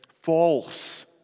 false